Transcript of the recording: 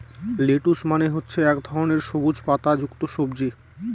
lettuce মানে হচ্ছে এক ধরনের সবুজ পাতা যুক্ত সবজি